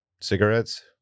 cigarettes